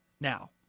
Now